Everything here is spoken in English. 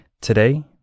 Today